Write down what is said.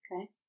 Okay